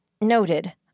Noted